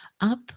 up